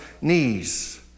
knees